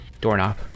doorknob